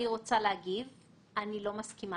אני לחלוטין לא מסכימה.